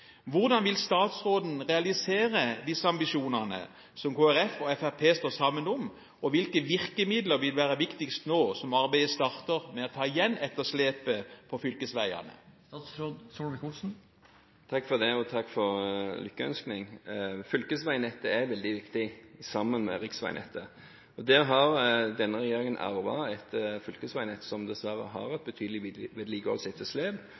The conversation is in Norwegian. Hvordan vil statsråden realisere disse ambisjonene som Kristelig Folkeparti og Fremskrittspartiet står sammen om? Hvilke virkemidler vil være viktigst nå som arbeidet starter med å ta igjen etterslepet på fylkesveiene? Takk for lykkeønskningen. Fylkesveiene er veldig viktig – sammen med riksveinettet. Denne regjeringen har arvet et fylkesveinett som dessverre har et betydelig vedlikeholdsetterslep,